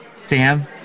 Sam